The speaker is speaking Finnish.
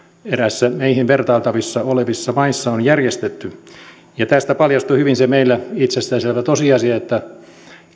eräissä meihin vertailtavissa olevissa maissa on järjestetty tästä paljastui hyvin se meillä itsestään selvä tosiasia että